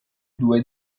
due